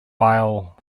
bile